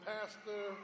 Pastor